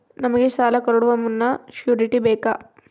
ನಮಗೆ ಸಾಲ ಕೊಡುವ ಮುನ್ನ ಶ್ಯೂರುಟಿ ಬೇಕಾ?